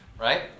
right